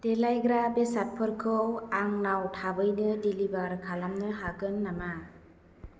देलायग्रा बेसादफोरखौ आंनाव थाबैनो डेलिबार खालामनो हागोन नामा